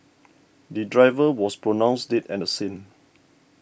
the driver was pronounced dead at the scene